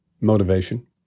motivation